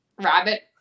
rabbit